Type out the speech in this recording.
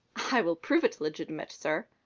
i will prove it legitimate, sir,